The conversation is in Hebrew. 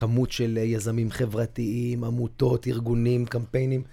עמוד של יזמים חברתיים, עמותות, ארגונים, קמפיינים.